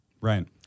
Right